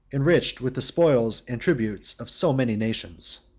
enriched with the spoils and tributes of so many nations.